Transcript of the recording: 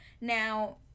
Now